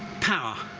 power,